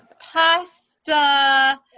pasta